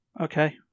Okay